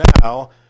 now